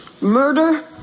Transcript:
murder